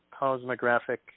Cosmographic